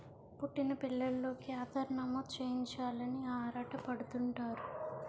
పుట్టిన పిల్లోలికి ఆధార్ నమోదు చేయించాలని ఆరాటపడుతుంటారు